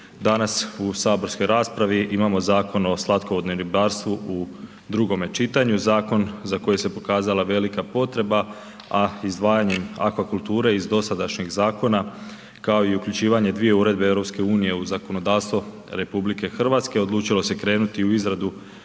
Danas u saborskoj raspravi imamo Zakon o slatkovodnom ribarstvu u drugome čitanju. Zakon za koji se pokazala velika potreba, a izdvajanjem akvakulture iz dosadašnjeg zakona, kao i uključivanje dvije uredbe EU u zakonodavstvo RH, odlučilo se krenuti u izradu